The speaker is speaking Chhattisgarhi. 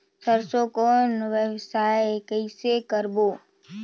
सरसो कौन व्यवसाय कइसे करबो?